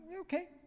Okay